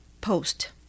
Post